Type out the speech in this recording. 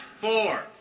four